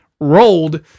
rolled